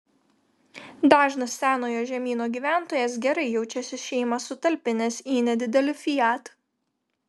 dažnas senojo žemyno gyventojas gerai jaučiasi šeimą sutalpinęs į nedidelį fiat